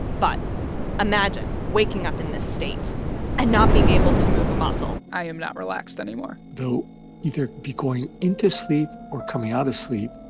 but imagine waking up in this state and not being able to move a muscle i am not relaxed anymore they'll either be going into sleep or coming out of sleep.